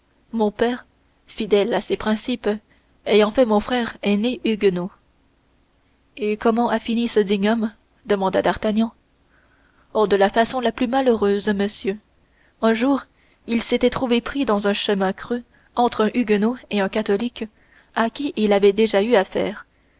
mon père fidèle à ses principes ayant fait mon frère aîné huguenot et comment a fini ce digne homme demanda d'artagnan oh de la façon la plus malheureuse monsieur un jour il s'était trouvé pris dans un chemin creux entre un huguenot et un catholique à qui il avait déjà eu affaire